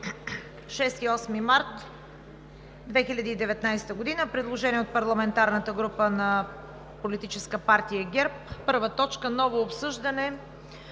6 до 8 март 2019 г.: Предложение от парламентарната група на Политическа партия ГЕРБ: първа точка – ново обсъждане